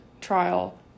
trial